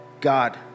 God